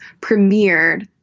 premiered